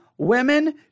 Women